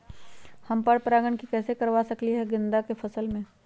हम पर पारगन कैसे करवा सकली ह गेंदा के फसल में?